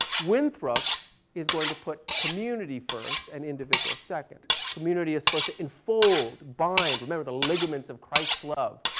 winthrop is going to put community first and individual second. community is supposed to infold, bind, remember the ligaments of christ's love.